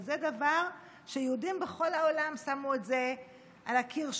זה דבר שיהודים בכל עולם שמו על הקיר שלהם,